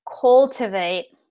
cultivate